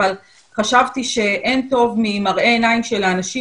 אבל חשבתי שאין טוב ממראה עיניים של האנשים,